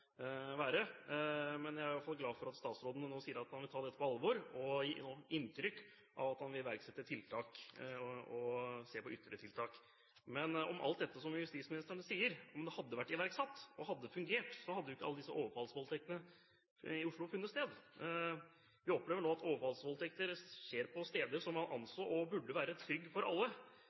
Jeg er i hvert fall glad for at statsråden nå sier at han vil ta dette på alvor og gir inntrykk av at han vil iverksette tiltak og se på ytre tiltak. Men om alt dette som justisministeren sier, hadde vært iverksatt og hadde fungert, hadde ikke disse overfallsvoldtektene i Oslo funnet sted. Vi opplever nå at overfallsvoldtekter begås på steder man anså å være trygge for alle.